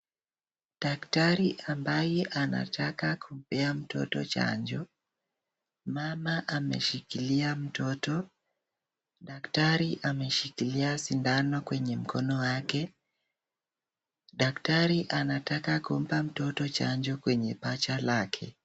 Daktari ambaye anataka kupea mtoto chanjo. Mama ameshikilia mtoto , daktari ameshikilia sindano kwenye mkono wake . Daktari anataka kumpa mtoto chanjo kwenye paja lake.